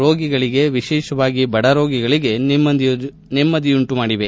ರೋಗಿಗಳಿಗೆ ವಿಶೇಷವಾಗಿ ಬಡರೋಗಿಗಳಿಗೆ ನೆಮ್ನದಿಯನ್ನುಂಟು ಮಾಡಿದೆ